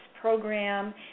program